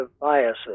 biases